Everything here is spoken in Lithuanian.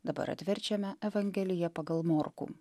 dabar atverčiame evangeliją pagal morkų